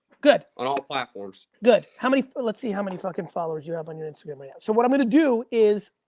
good. on all platforms. good, how many let's see how many fucking followers you have on your instagram right now. yeah so, what i'm gonna do is,